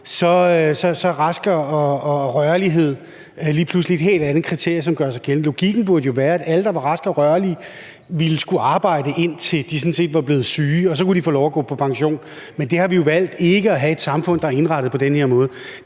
man er rask og rørig, lige pludselig blevet et helt andet kriterium, som gør sig gældende. Logikken burde jo så være, at alle, der er raske og rørige, ville skulle arbejde, indtil de sådan set er blevet syge, og så kunne de få lov til at gå på pension. Men vi har jo valgt ikke at have et samfund, der er indrettet på den måde.